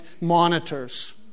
monitors